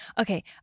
Okay